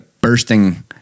bursting